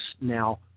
now